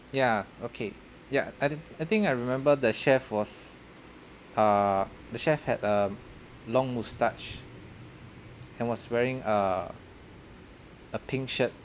ya okay ya I thi~ I think I remember the chef was err the chef had a long moustache and was wearing err a pink shirt